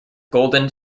golden